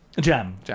jam